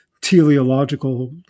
teleological